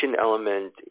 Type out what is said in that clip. element